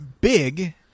big